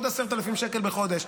עוד 10,000 שקל בחודש,